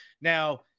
Now